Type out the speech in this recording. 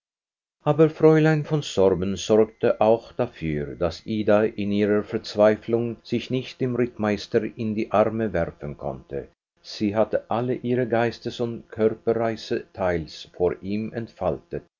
aber fräulein von sorben sorgte auch dafür daß ida in ihrer verzweiflung sich nicht dem rittmeister in die arme werfen konnte sie hatte alle ihre geistes und körperreize teils vor ihm entfaltet